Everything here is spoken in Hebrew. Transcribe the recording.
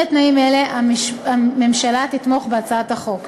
בהתאם לתנאים האלה, הממשלה תתמוך בהצעת החוק.